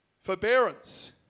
Forbearance